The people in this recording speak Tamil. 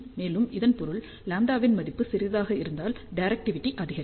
மேலும் இதன் பொருள் λ ன் மதிப்பு சிறியதாக இருந்தால் டிரெக்டிவிடி அதிகரிக்கும்